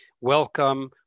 welcome